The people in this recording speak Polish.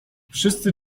wszyscy